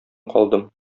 калдым